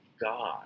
God